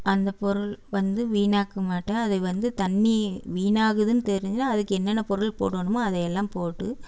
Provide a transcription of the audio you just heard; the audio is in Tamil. அந்தப் பொருள் வந்து வீணாக்கமாட்டேன் அதுவந்து தண்ணி வீணாகுதுன்னு தெரிஞ்சு அதுக்கு என்னென்ன பொருள் போடணுமோ அதையெல்லாம் போட்டு